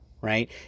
right